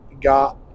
got